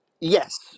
yes